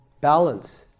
Balance